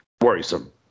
worrisome